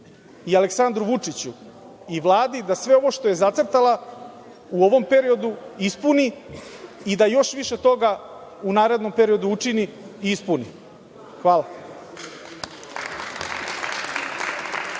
i Aleksandru Vučiću i Vladi, da sve ovo što je zacrtala u ovom periodu ispuni i da još više od toga u narednom periodu učini i ispuni. Hvala.